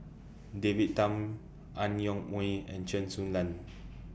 David Tham Ang Yoke Mooi and Chen Su Lan